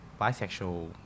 bisexual